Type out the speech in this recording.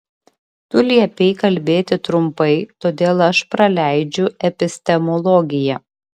tu liepei kalbėti trumpai todėl aš praleidžiu epistemologiją